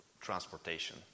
transportation